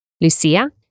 Lucia